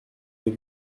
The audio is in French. les